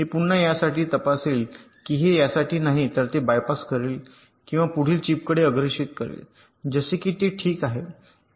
हे पुन्हा यासाठी तपासेल की हे यासाठी नाही तर ते बायपास करेल किंवा पुढील चिपकडे अग्रेषित करेल जसे की ते ठीक आहे